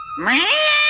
my